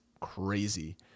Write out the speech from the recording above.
crazy